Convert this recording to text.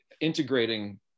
integrating